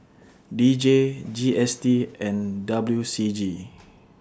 D J G S T and W C G